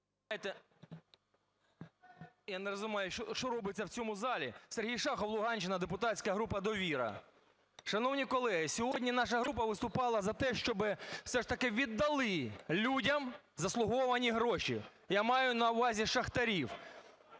Я не розумію, що робиться в цьому залі. Сергій Шахов, Луганщина, депутатська група "Довіра". Шановні колеги, сьогодні наша група виступала за те, щоб все ж таки віддали людям заслужені гроші, я маю на увазі шахтарів.